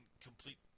complete